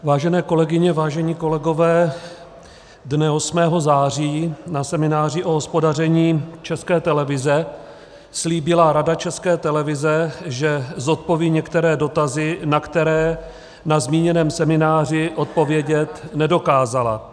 Vážené kolegyně, vážení kolegov, dne 8. září na semináři o hospodaření České televize slíbila Rada České televize, že zodpoví některé dotazy, na které na zmíněném semináři odpovědět nedokázala.